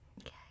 Okay